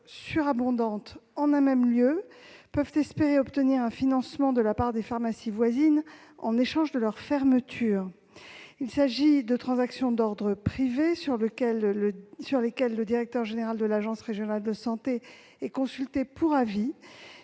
surabondante en un même lieu peuvent espérer obtenir un financement de la part des pharmacies voisines en échange de leur fermeture. Il s'agit de transactions d'ordre privé, sur lesquelles le directeur général de l'agence régionale de santé est consulté pour avis.